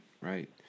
Right